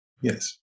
Yes